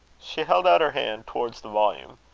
she held out her hand towards the volume.